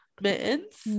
Mittens